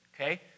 okay